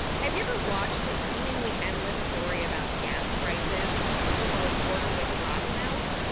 have you ever watched a seemingly endless story about gas prices from a reporter with cotton mouth?